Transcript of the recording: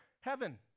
heaven